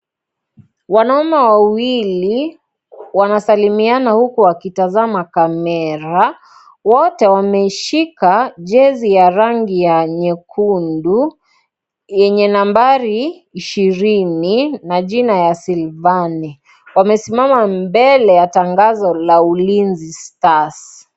Wanaume wawili wanasalimiana huko wakitazama kamera .wote wameshika jesi ya rangi ya nyekundu yenye nambari ishirini na jina ya Silvani. Wamesimama mbele ya tangazo la Ulinzi Stars